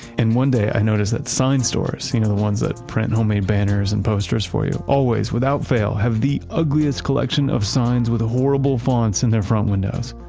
and one day i noticed that sign stores, you know the ones that print homemade banners and posters for you, always, without fail have the ugliest collections of signs with horrible fonts and their front windows.